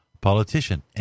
politician